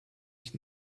ich